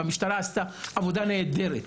המשטרה עשתה עבודה נהדרת,